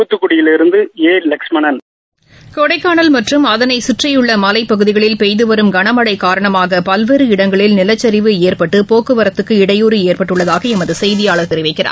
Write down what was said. தூத்துக்குடியில் இருந்து லஷ்மணன் கொடைக்கானல் மற்றும் அதனை கற்றியுள்ள மலைப் பகுதிகளில் பெய்துவரும் கனமழை காரணமாக பல்வேறு இடங்களில் நிலச்சரிவு ஏற்பட்டு போக்குவரத்து இடையூறு ஏற்பட்டுள்ளதாக எமது செய்தியாளர் தெரிவிக்கிறார்